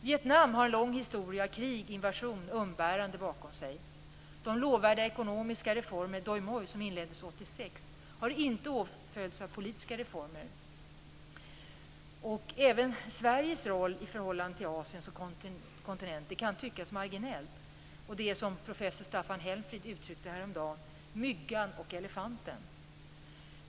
Vietnam har en lång historia av krig, invasion och umbäranden bakom sig. De lovvärda ekonomiska reformer, doi moi, som inleddes 1986, har inte åtföljts av politiska reformer. Sveriges roll i förhållande till Asien som kontinent kan tyckas vara marginell; det handlar, som professor Staffan Helmfrid uttryckte det härom dagen, om "myggan och elefanten".